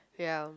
ya